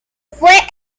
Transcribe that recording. fue